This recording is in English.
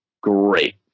great